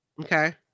Okay